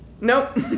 Nope